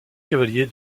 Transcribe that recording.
cavalier